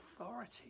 authority